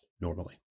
normally